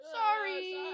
sorry